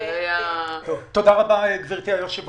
גברתי השרה,